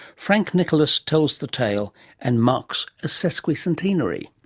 frank nicholas tells the tale and marks a sesquicentenary.